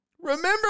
Remember